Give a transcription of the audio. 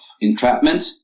entrapment